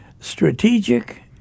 Strategic